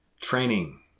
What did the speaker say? training